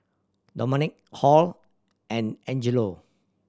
Domonique Hall and Angelo